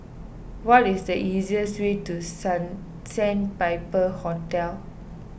what is the easiest way to Sandpiper Hotel